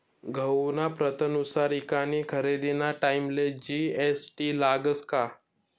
गहूना प्रतनुसार ईकानी खरेदीना टाईमले जी.एस.टी लागस का?